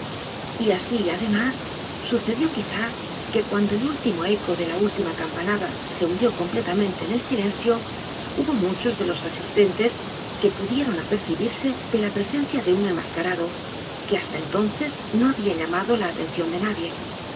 y así además sucedió quizá que cuando el último eco de la última campanada se hundió completamente en el silencio hubo muchos de los asistentes que pudieron apercibirse de la presencia de un e n m a s carado que hasta entonces no había llamado la atención de nadie